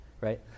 right